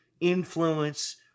influence